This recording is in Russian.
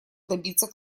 добиться